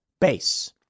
base